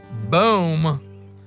boom